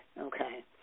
okay